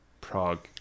Prague